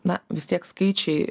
na vis tiek skaičiai